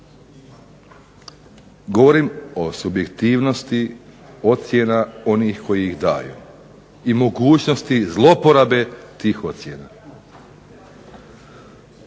Govorim o subjektivnosti ocjena onih koji ih daju i mogućnosti zloporabe tih ocjena.